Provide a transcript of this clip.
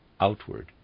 outward